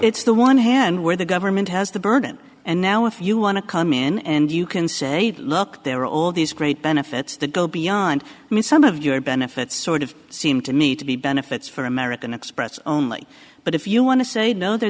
it's the one hand where the government has the burden and now if you want to come in and you can say look there are all these great benefits that go beyond me some of your benefits sort of seem to me to be benefits for american express only but if you want to say no th